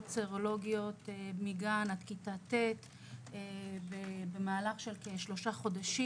סרולוגיות מגן עד כיתה ט' במהלך של כשלושה חודשים,